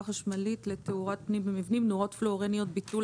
חשמלית לתאורת פנים במבנים) (נורות פלואורניות) (ביטול),